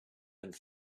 and